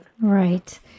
Right